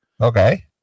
Okay